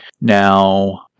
Now